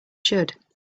should